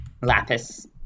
Lapis